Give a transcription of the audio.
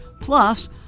Plus